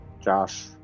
Josh